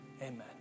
amen